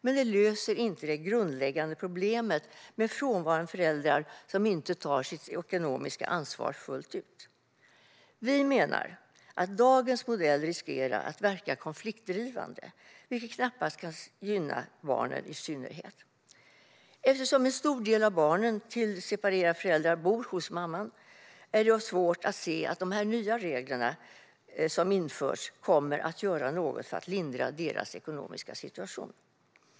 Men det löser inte det grundläggande problemet med frånvarande föräldrar som inte tar sitt ekonomiska ansvar fullt ut. Vi menar att dagens modell riskerar att verka konfliktdrivande, vilket knappast kan anses gynna barnen i synnerhet. Eftersom en stor del av barnen till separerade föräldrar bor hos mamman är det svårt att se att de nya regler som införs kommer att göra något för att lindra deras ekonomiska situation.